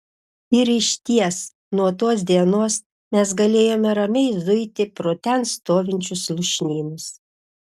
ir išties nuo tos dienos mes galėjome ramiai zuiti pro ten stovinčius lūšnynus